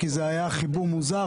כי זה היה חיבור מוזר,